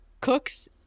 Cooks